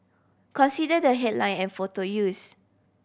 consider the headline and photo use